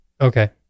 Okay